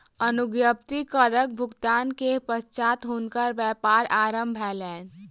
अनुज्ञप्ति करक भुगतान के पश्चात हुनकर व्यापार आरम्भ भेलैन